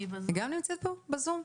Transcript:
היא גם נמצאת פה בזום?